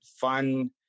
fun